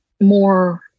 more